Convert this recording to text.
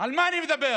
על מה אני מדבר?